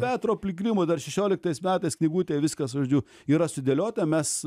petro pligrimo dar šešioliktais metais knygutėj viskas žodžiu yra sudėliota mes